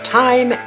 time